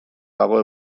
dago